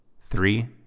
Three